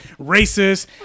racist